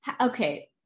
okay